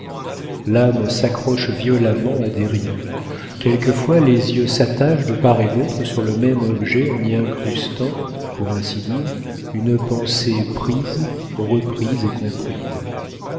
l'âme s'accroche violemment à des riens quelquefois les yeux s'attachent de part et d'autre sur le même objet en y incrustant pour ainsi dire une pensée prise reprise et